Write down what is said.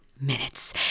minutes